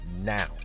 now